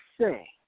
say